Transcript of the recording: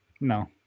No